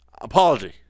Apology